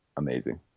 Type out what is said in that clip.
amazing